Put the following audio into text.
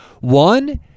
One